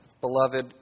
beloved